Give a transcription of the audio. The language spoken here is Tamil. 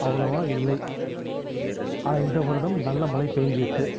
அவ்வளவாக இல்லை ஆனால் இந்த வருடம் நல்ல மழை பேஞ்சிருக்கு